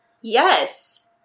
Yes